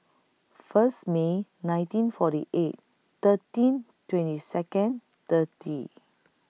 First May nineteen forty eight thirteen twenty Second thirty